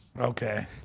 Okay